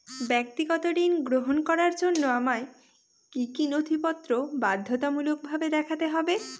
ব্যক্তিগত ঋণ গ্রহণ করার জন্য আমায় কি কী নথিপত্র বাধ্যতামূলকভাবে দেখাতে হবে?